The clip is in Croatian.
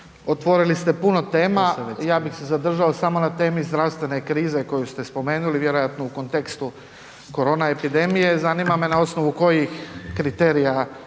otvorili ste puno tema i ja bih se zadržao samo na temi zdravstvene krize koju ste spomenuli vjerojatno u kontekstu korona epidemije. Zanima me na osnovu kojih kriterija